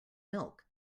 milk